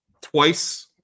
Twice